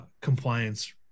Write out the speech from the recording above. compliance